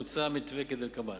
מוצע מתווה כדלקמן: